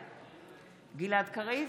גלעד קריב,